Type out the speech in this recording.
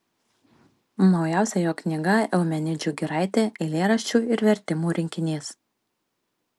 naujausia jo knyga eumenidžių giraitė eilėraščių ir vertimų rinkinys